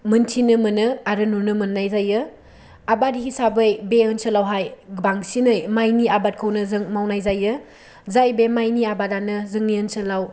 मोन्थिनो मोनो आरो नुनो मोननाय जायो आबाद हिसाबै बे ओनसोलावहाय बांसिनै माइनि आबादखौनो जों मावनाय जायो जाय बे माइनि आबादानो जोंनि ओनसोलाव